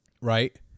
right